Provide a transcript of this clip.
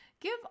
Give